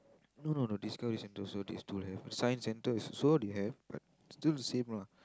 no no no discovery centre also they still have science centre is also they have but still the same lah